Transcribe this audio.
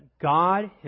God